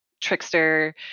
trickster